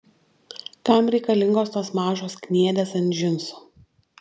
kam reikalingos tos mažos kniedės ant džinsų